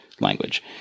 language